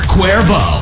Cuervo